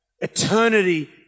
eternity